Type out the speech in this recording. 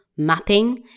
Mapping